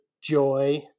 joy